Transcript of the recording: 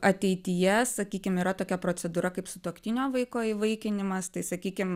ateityje sakykim yra tokia procedūra kaip sutuoktinio vaiko įvaikinimas tai sakykim